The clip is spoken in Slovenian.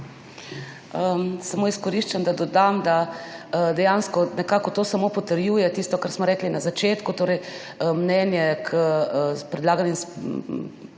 Samo izkoriščam, da dodam, da dejansko nekako to samo potrjuje tisto, kar smo rekli na začetku, mnenje k predlaganim